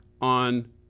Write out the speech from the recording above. on